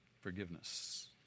Forgiveness